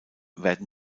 werden